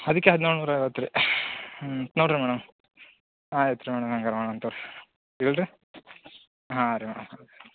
ಅದಕ್ಕೆ ಹದಿನೇಳು ನೂರ ಐವತ್ತು ರೀ ಹ್ಞೂ ನೋಡಿರಿ ಮೇಡಮ್ ಆಯ್ತು ರೀ ಮೇಡಮ್ ಹಾಗಾರೆ ಮಾಡಣ ತಗೋರಿ ಇಲ್ಲರಿ ಹಾಂ ರೀ ಮೇಡಮ್